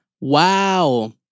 Wow